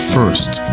First